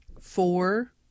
Four